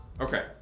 Okay